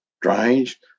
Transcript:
strange